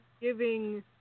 giving